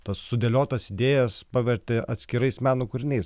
tas sudėliotas idėjas pavertė atskirais meno kūriniais